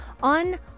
on